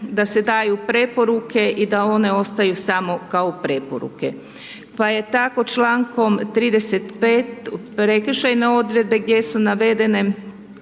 da se daju preporuke i da one ostaju samo kao preporuke. Pa je tako člankom 35. Prekršajne odredbe gdje su navedene